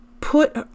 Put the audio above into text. put